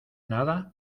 nada